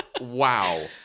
Wow